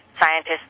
scientists